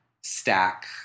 stack